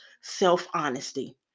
self-honesty